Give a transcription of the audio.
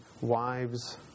wives